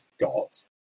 got